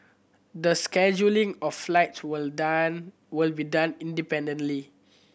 the scheduling of flights will done will be done independently